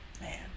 Man